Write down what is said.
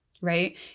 right